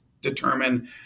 determine